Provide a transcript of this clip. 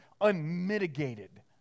unmitigated